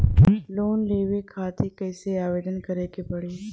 Loan लेवे खातिर कइसे आवेदन करें के पड़ी?